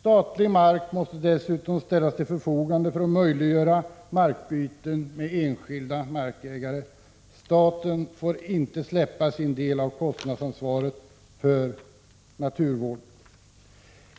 Statlig mark måste vidare ställas till förfogande för att möjliggöra markbyten med enskilda markägare. Staten får inte släppa sin del av kostnadsansvaret för naturvården.